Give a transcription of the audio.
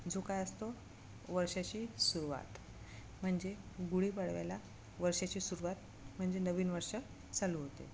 जो काय असतो वर्षाची सुरुवात म्हणजे गुढीपाडव्याला वर्षाची सुरुवात म्हणजे नवीन वर्ष चालू होते